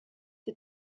the